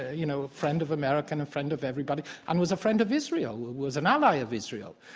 you know, a friend of america, and a friend of everybody, and was a friend of israel, was an ally of israel.